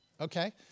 okay